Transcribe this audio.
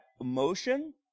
emotion